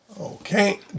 Okay